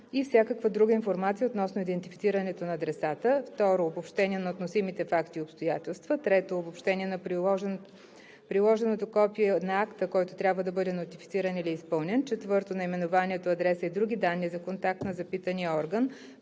и всякаква друга информация относно идентифицирането на адресата; 2. обобщение на относимите факти и обстоятелства; 3. обобщение на приложеното копие на акта, който трябва да бъде нотифициран или изпълнен; 4. наименованието, адреса и други данни за контакт на запитания орган;